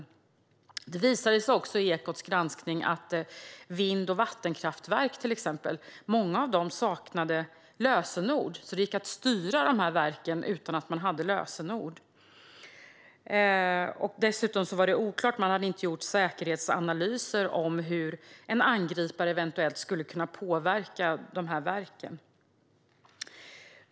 Det visade sig i Ekots granskning att många vind och vattenkraftverk saknade lösenord. Det gick alltså att styra dessa verk utan att man hade lösenord. Dessutom var det oklarheter. Man hade inte gjort säkerhetsanalyser om hur en angripare eventuellt skulle kunna påverka dessa verk.